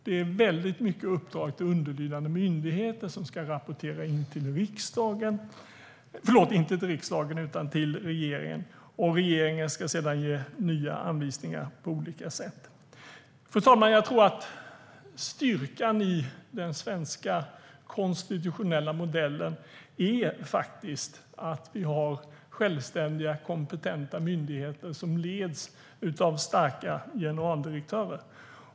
Det är väldigt många uppdrag till underlydande myndigheter, vilka ska rapportera till regeringen, och sedan ska regeringen ge nya anvisningar på olika sätt. Fru talman! Jag tror att styrkan i den svenska konstitutionella modellen är att vi har självständiga, kompetenta myndigheter som leds av starka generaldirektörer.